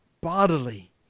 Bodily